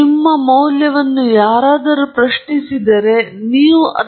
ನಾವು ಸಾಮಾನ್ಯವಾಗಿ ಮಾಡುತ್ತಿರುವ ನೇರ ಮುನ್ನಡೆಯ ಪ್ರಯೋಗಗಳಲ್ಲಿ ದೋಷದ ಹಲವು ಮೂಲಗಳಿವೆ ಎಂದು ನೀವು ತಿಳಿದಿರುವಿರಿ